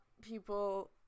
people